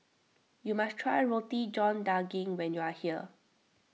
you must try Roti John Daging when you are here